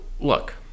Look